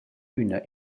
üna